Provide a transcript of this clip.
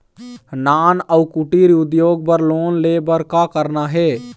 नान अउ कुटीर उद्योग बर लोन ले बर का करना हे?